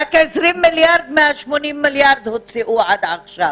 הוציאו רק 20 מיליארד מתוך ה-80 מיליארד עד עכשיו.